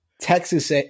Texas